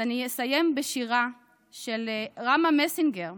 אז אני אסיים בשירה של רמה מסינגר,